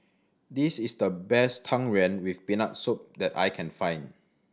this is the best Tang Yuen with Peanut Soup that I can find